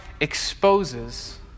exposes